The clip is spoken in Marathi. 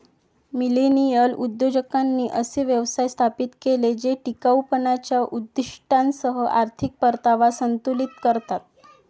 मिलेनियल उद्योजकांनी असे व्यवसाय स्थापित केले जे टिकाऊपणाच्या उद्दीष्टांसह आर्थिक परतावा संतुलित करतात